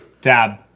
dab